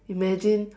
imagine